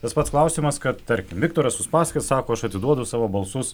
tas pats klausimas kad tarkim viktoras uspaskichas sako aš atiduodu savo balsus